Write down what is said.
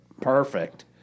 Perfect